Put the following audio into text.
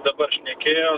dabar šnekėjo